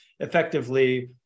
effectively